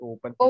Open